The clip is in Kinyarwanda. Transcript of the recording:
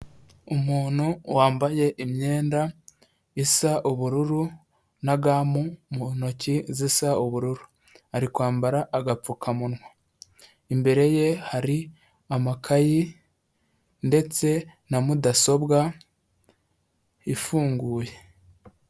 Umuntu wambaye imyenda isa ubururu na ga mu ntoki zisa ubururu, ari kwambara agapfukamunwa. Imbere ye hari amakayi ndetse na mudasobwa ifunguye.